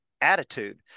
attitude